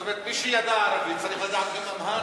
זאת אומרת, מי שידע ערבית, צריך לדעת גם אמהרית.